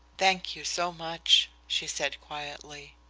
thank you so much, she said quietly.